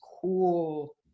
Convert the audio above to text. cool